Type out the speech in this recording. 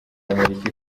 y’amerika